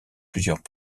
plusieurs